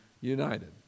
united